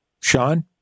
Sean